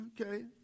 okay